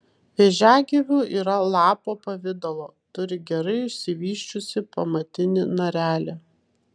vėžiagyvių yra lapo pavidalo turi gerai išsivysčiusį pamatinį narelį